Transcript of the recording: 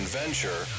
venture